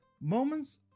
Moments